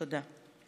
תודה.